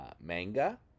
Manga